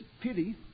pity